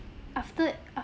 after after